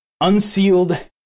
Unsealed